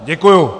Děkuju!